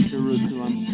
Jerusalem